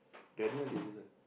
Daniel is this one